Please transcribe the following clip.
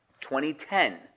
2010